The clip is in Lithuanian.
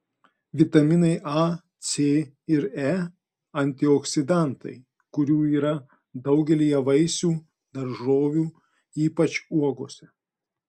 vitaminai a c ir e antioksidantai kurių yra daugelyje vaisių daržovių ypač uogose